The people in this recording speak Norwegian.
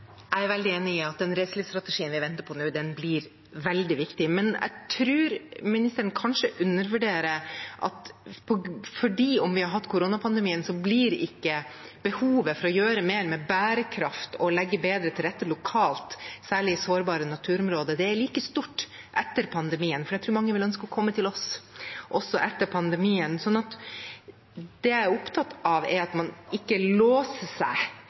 Jeg er veldig enig i at den reiselivsstrategien vi venter på nå, blir veldig viktig. Men jeg tror ministeren kanskje undervurderer her: Selv om vi har hatt koronapandemien, blir ikke behovet for å gjøre mer med bærekraft og legge bedre til rette lokalt, særlig i sårbare naturområder, mindre. Det er like stort etter pandemien, for jeg tror mange vil ønske å komme til oss også etter pandemien. Det jeg er opptatt av, er at man ikke låser seg